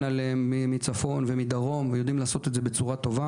עליהם מצפון ומדרום ויודעים לעשות את זה בצורה טובה,